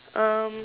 um